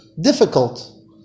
difficult